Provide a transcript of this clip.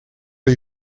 les